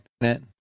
Internet